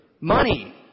Money